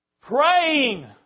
Praying